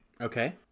Okay